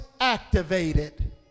activated